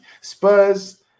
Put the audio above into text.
Spurs